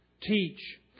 teach